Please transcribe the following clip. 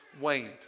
waned